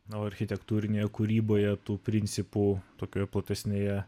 na o architektūrinėje kūryboje tų principų tokioje platesnėje